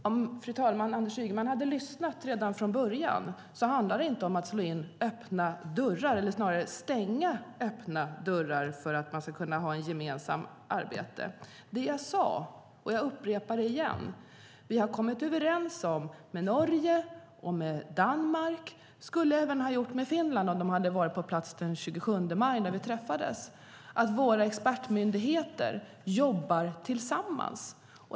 Om Anders Ygeman hade lyssnat från början hade han hört att det inte handlar om att slå in öppna dörrar, eller snarare stänga öppna dörrar, för att kunna arbeta gemensamt. Jag upprepar att vi har kommit överens med Norge och Danmark om, och skulle även ha gjort det med Finland om de hade varit på plats vid mötet den 27 maj, att våra expertmyndigheter ska jobba tillsammans.